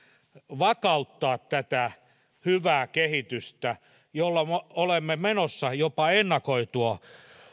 vakauttaa tätä hyvää kehitystä jolla olemme menossa jopa ennakoitua